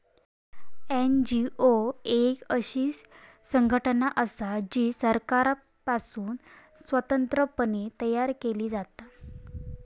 NGO एक अशी संघटना असा जी सरकारपासुन स्वतंत्र पणे तयार केली जाता